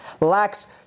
lacks